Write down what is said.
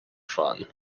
fun